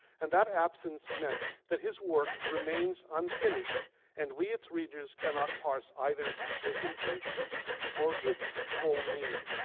and that absence meant that his work remains unfinished and we its readers cannot parse either his intentions or its full meaning.